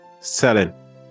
selling